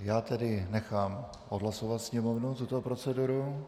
Já tedy nechám odhlasovat Sněmovnu tuto proceduru.